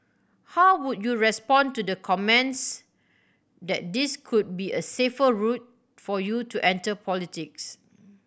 how would you respond to the comments that this could be a safer route for you to enter politics